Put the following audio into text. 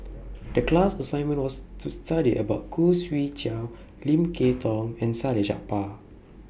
The class assignment was to study about Khoo Swee Chiow Lim Kay Tong and Salleh Japar